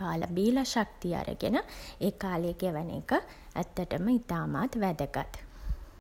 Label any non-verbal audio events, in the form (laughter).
කාල බීලා ශක්තිය අරගෙන (hesitation) ඒ කාලය ගෙවන එක (hesitation) ඇත්තටම ඉතාමත් වැදගත්.